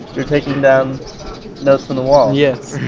you're taking down notes from the wall yes!